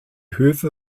höfe